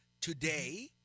today